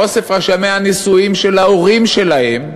באוסף רשמי הנישואין של ההורים שלהם.